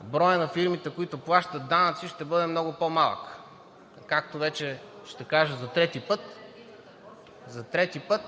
броят на фирмите, които плащат данъци, ще бъде много по-малък. Както вече ще кажа за трети път,